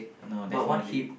no definitely